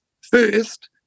first